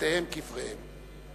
בתיהם קבריהם.